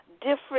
different